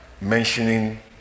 mentioning